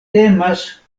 temas